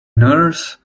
nurse